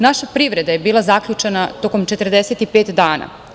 Naša privreda je bila zaključana tokom 45 dana.